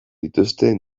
dituzte